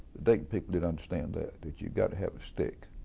dayton people didn't understand that, that you've got to have a stick.